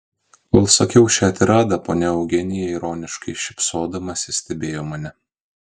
kol sakiau šią tiradą ponia eugenija ironiškai šypsodamasi stebėjo mane